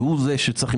הוא זה שצריך,